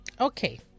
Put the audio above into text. Okay